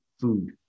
food